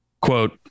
quote